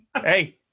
hey